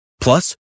Plus